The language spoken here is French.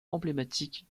emblématique